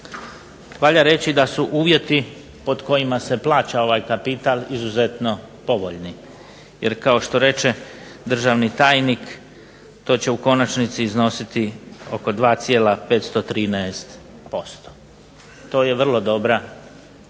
Valja reći da su uvjeti pod kojima se plaća ovaj kapital izuzetno povoljni, jer kao što reče državni tajnik to će u konačnici iznositi oko 2,513%. To je vrlo dobra cijena